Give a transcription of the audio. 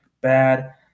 Bad